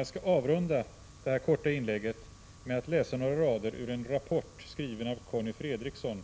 Jag skall avrunda detta korta inlägg med att läsa några rader ur en rapport skriven av Conny Fredriksson